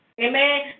Amen